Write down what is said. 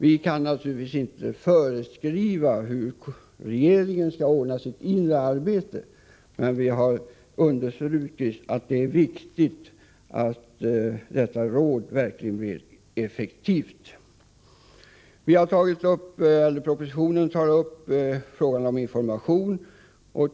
Vi kan naturligtvis inte föreskriva hur regeringen skall ordna sitt inre arbete, men vi har som sagt poängterat att det är viktigt att det nya rådet verkligen blir effektivt. Propositionen tar också upp frågan om information.